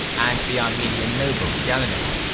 and the armenian noble jalinus.